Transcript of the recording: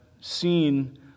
seen